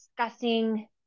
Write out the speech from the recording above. discussing